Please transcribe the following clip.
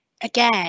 again